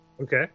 Okay